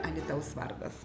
alytaus vardas